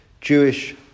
Jewish